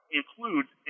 includes